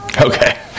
Okay